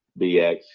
BX